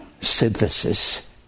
synthesis